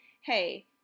Hey